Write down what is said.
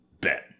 bet